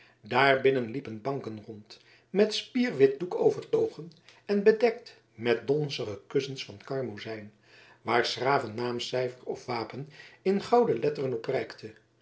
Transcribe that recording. daarbinnen liepen banken rond met spierwit doek overtogen en bedekt met donzige kussens van karmozijn waar s graven naamcijfer of wapen in gouden letteren op prijkte